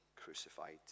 crucified